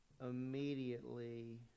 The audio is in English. immediately